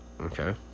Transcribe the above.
okay